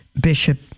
Bishop